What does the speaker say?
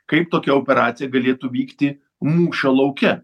kaip tokia operacija galėtų vykti mūšio lauke